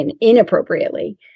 inappropriately